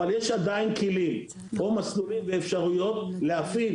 אבל יש עדיין כלים או מסלולים ואפשרויות להפעיל